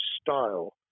style